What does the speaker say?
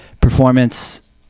performance